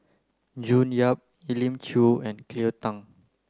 June Yap Elim Chew and Cleo Thang